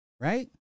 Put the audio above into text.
Right